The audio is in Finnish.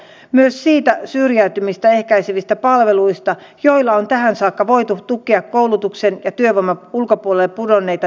että voidaan tarkistella mistä puolueista ne heitot tulivat mutta koetetaan olla ihan asiallisia ja esittää ihan asiallisia kysymyksiä